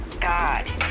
God